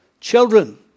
Children